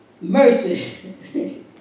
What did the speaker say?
Mercy